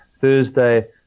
Thursday